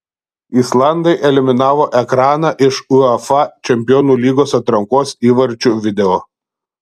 islandai eliminavo ekraną iš uefa čempionų lygos atrankos įvarčių video